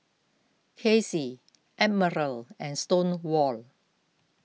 Kacy Admiral and Stonewall